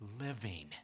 living